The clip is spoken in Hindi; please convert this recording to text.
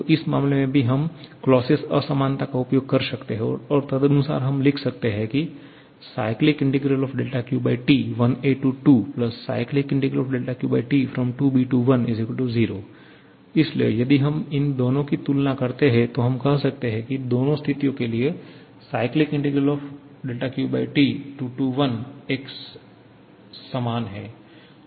तो इस मामले में भी हम क्लॉसियस असमानता का उपयोग कर सकते हैं और तदनुसार हम लिख सकते हैं की 1a2QT 2b1QT 0 इसलिए यदि हम इन दोनों की तुलना करते हैं तो हम कह सकते हैं कि दोनों स्थितियों के लिए 21Q Tएक सामान है